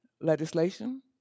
legislation